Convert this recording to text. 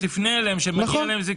ואז הרשות תפנה אליהם שמגיע להם זיכוי.